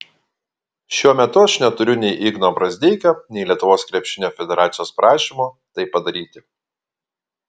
šiuo metu aš neturiu nei igno brazdeikio nei lietuvos krepšinio federacijos prašymo tai padaryti